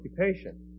occupation